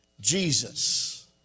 Jesus